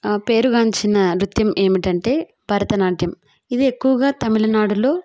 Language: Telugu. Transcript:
పేరుగాంచిన నృత్యం ఏమిటంటే భరతనాట్యం ఇది ఎక్కువగా తమిళనాడులో